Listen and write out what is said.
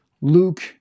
Luke